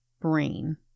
brain